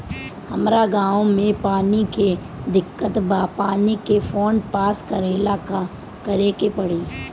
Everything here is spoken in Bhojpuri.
हमरा गॉव मे पानी के दिक्कत बा पानी के फोन्ड पास करेला का करे के पड़ी?